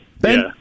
Ben